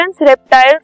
reptiles